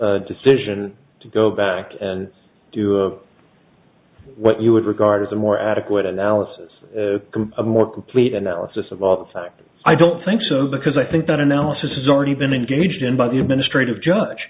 the decision to go back and do what you would regard as a more adequate analysis a more complete analysis of all the facts i don't think so because i think that analysis has already been engaged in by the administrative judge